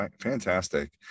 Fantastic